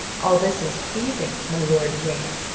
all this is pleasing to my lord yvain.